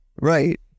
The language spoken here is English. Right